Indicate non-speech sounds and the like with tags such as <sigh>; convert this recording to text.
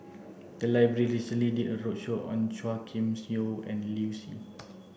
the library recently did a roadshow on Chua Kim Yeow and Liu Si <noise>